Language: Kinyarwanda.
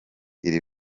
iri